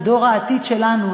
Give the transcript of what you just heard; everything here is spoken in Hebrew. בדור העתיד שלנו,